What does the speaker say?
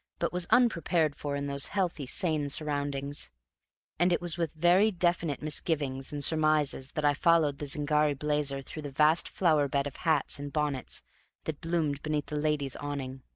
but was unprepared for in those healthy, sane surroundings and it was with very definite misgivings and surmises that i followed the zingari blazer through the vast flower-bed of hats and bonnets that bloomed beneath the ladies' awning.